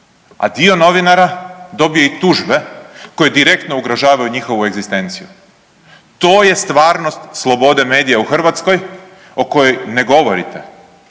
A dio novinara dobije i tužbe koje direktno ugrožavaju njihovu egzistenciju. To je stvarnost slobode medija u Hrvatskoj o kojoj ne govorite